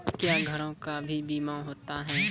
क्या घरों का भी बीमा होता हैं?